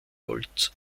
holz